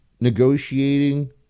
negotiating